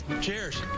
Cheers